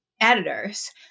editors